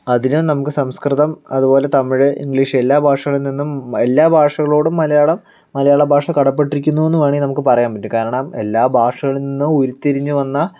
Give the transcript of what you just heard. അതിന് നമുക്ക് സംസ്കൃതം അതുപോലെ തമിഴ് ഇംഗ്ലീഷ് എല്ലാ ഭാഷകളിൽ നിന്നും എല്ലാ ഭാഷകളോടും മലയാളം മലയാളഭാഷ കടപ്പെട്ടിരിക്കുന്നു എന്ന് വേണേ നമുക്ക് പറയാൻ പറ്റും കാരണം എല്ലാ ഭാഷകളിൽ നിന്നും ഉരുത്തിരിഞ്ഞു വന്ന